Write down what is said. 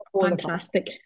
fantastic